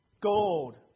gold